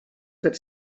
per